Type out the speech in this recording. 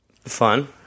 Fun